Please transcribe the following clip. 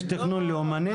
יש תכנון לאומני?